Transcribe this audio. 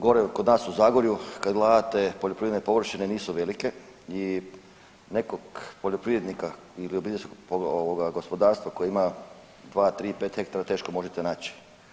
Gore kod nas u Zagorju kad gledate poljoprivredne površine nisu velike i nekog poljoprivrednika ili obiteljskog gospodarstva koji ima 2, 3, 5 hektara teško možete naći.